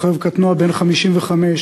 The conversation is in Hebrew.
רוכב קטנוע בן 55,